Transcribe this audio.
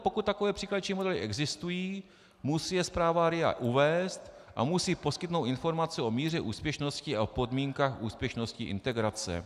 Pokud takové příklady či modely existuji, musí je zpráva RIA uvést a musí poskytnout informace o míře úspěšnosti a podmínkách úspěšnosti integrace.